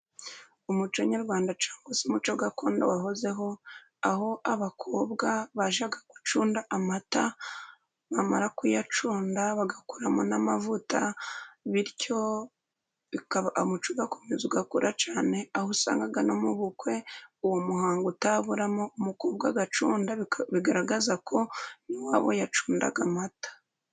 Umuco nyarwanda cyangwa se umuco gakondo wahozeho ,aho abakobwa bajyaga gucunda amata ,bamara kuyacunda bagakuramo n'amavuta, bityo umuco ugakomeza ugakura cyane, aho usangaga no mu bukwe uwo muhango utaburamo ,umukobwa agacunda bigaragaza ko n'iwabo yacundaga amata.